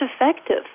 effective